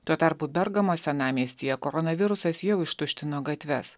tuo tarpu bergamo senamiestyje koronavirusas jau ištuštino gatves